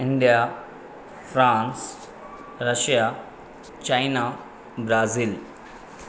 India France Russia China Brazil